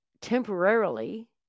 temporarily